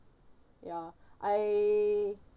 ya I